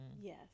yes